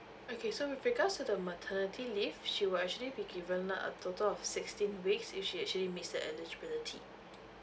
okay so with regards to the maternity leave she will actually be given a total of sixteen weeks if she actually meets the eligibility